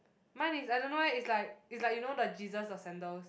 mine is I don't know eh is like is like you know the Jesus of sandals